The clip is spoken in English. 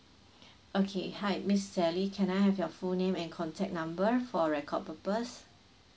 okay hi miss sally can I have your full name and contact number for record purpose